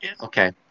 Okay